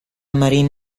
marine